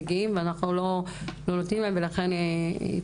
הם מגיעים ואנחנו לא נותנים להם, ולכן התחלתי.